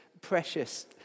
precious